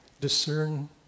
discern